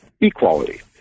equality